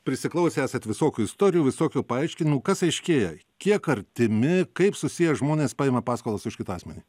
prisiklausę esat visokių istorijų visokių paaiškinimų kas aiškėja kiek artimi kaip susiję žmonės paima paskolas už kitą asmenį